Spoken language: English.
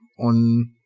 on